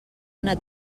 una